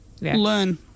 learn